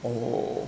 oh